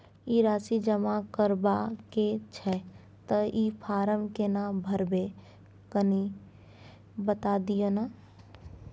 ई राशि जमा करबा के छै त ई फारम केना भरबै, कनी बता दिय न?